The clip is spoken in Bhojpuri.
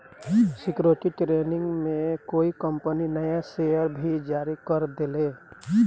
सिक्योरिटी ट्रेनिंग में कोई कंपनी नया शेयर भी जारी कर देले